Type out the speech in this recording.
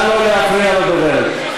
נא לא להפריע לדוברת.